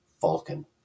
Falcon